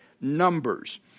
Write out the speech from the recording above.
numbers